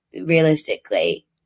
realistically